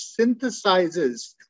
synthesizes